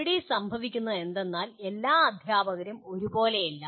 ഇവിടെ സംഭവിക്കുന്നത് എന്തെന്നാൽ എല്ലാ അധ്യാപകരും ഒരുപോലെയല്ല